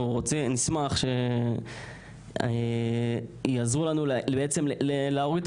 אנחנו נשמח שיעזרו לנו להוריד את